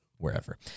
wherever